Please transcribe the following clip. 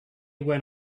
when